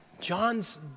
John's